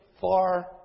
far